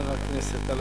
חבר הכנסת טלב אלסאנע,